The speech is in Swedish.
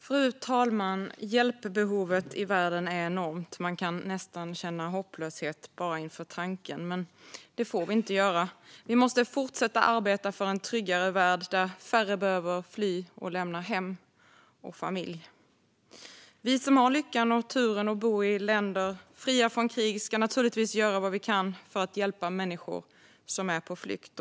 Fru talman! Hjälpbehovet i världen är enormt. Man kan nästan känna hopplöshet bara inför tanken. Men det får vi inte göra. Vi måste fortsätta arbeta för en tryggare värld där färre behöver fly och lämna hem och familj. Vi som har lyckan och turen att bo i länder fria från krig ska naturligtvis göra vad vi kan för att hjälpa människor som är på flykt.